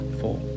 four